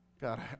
God